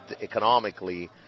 economically